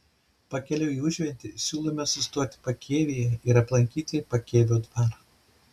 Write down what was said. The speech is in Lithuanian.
pakeliui į užventį siūlome sustoti pakėvyje ir aplankyti pakėvio dvarą